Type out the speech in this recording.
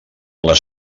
les